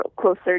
closer